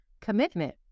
commitment